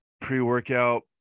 pre-workout